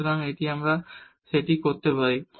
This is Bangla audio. সুতরাং আমরা সেটা করতে পারি